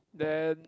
then